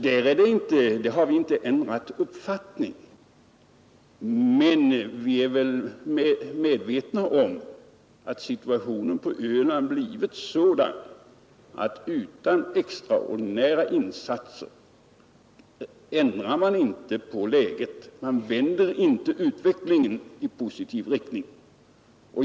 Därvidlag har vi alltså inte ändrat uppfattning, men vi är medvetna om att situationen på Öland blivit sådan att man inte utan extraordinära insatser kan vända utvecklingen i positiv riktning.